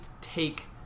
take